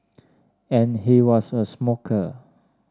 and he was a smoker